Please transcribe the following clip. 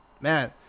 man